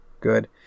good